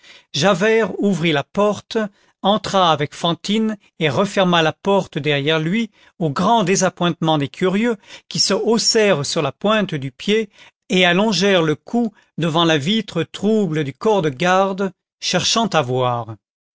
javert ouvrit la porte entra avec fantine et referma la porte derrière lui au grand désappointement des curieux qui se haussèrent sur la pointe du pied et allongèrent le cou devant la vitre trouble du corps de garde cherchant à voir